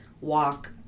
Walk